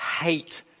hate